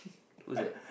who's that